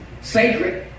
sacred